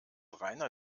rainer